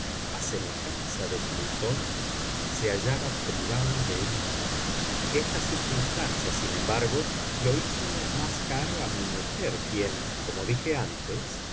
a semejanza de plutón se hallaba privado de un ojo esta circunstancia sin embargo lo hizo más caro a mi mujer quien como dije antes